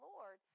Lord